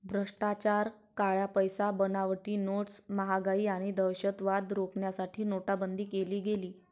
भ्रष्टाचार, काळा पैसा, बनावटी नोट्स, महागाई आणि दहशतवाद रोखण्यासाठी नोटाबंदी केली गेली